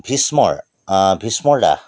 ভীষ্মৰ ভীষ্মৰ ৰাহ